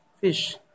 fish